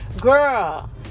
Girl